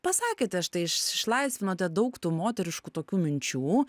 pasakėte štai išlaisvinote daug tų moteriškų tokių minčių